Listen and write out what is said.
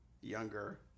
younger